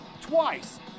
twice